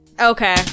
Okay